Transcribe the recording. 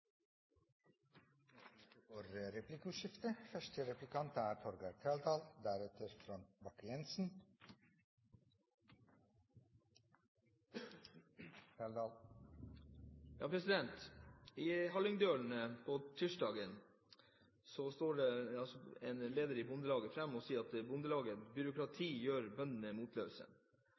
Det blir replikkordskifte. I Hallingdølen på tirsdag står en leder i Bondelaget fram og sier at byråkrati gjør bøndene motløse.